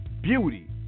beauty